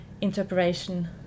interpretation